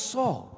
Saul